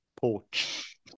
Porch